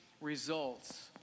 results